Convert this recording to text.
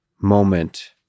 moment